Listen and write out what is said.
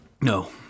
No